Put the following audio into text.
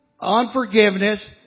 unforgiveness